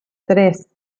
tres